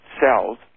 cells